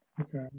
Okay